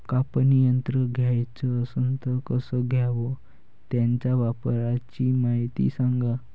कापनी यंत्र घ्याचं असन त कस घ्याव? त्याच्या वापराची मायती सांगा